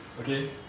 Okay